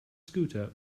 scooter